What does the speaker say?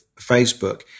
facebook